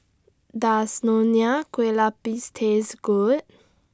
Does Nonya Kueh Lapis Taste Good